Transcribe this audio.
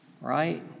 right